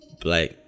Black